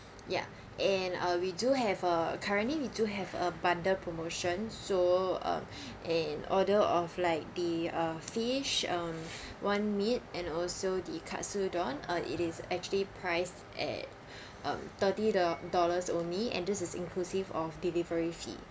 ya and uh we do have uh currently we do have a bundled promotion so uh in order of like the uh fish um one meat and also the katsu don uh it is actually priced at um thirty do~ dollars only and this is inclusive of delivery fee